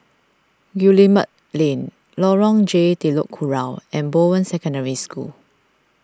Guillemard Lane Lorong J Telok Kurau and Bowen Secondary School